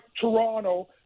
toronto